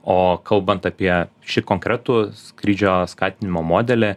o kalbant apie šį konkretų skrydžio skatinimo modelį